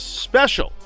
special